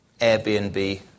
Airbnb